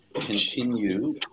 continue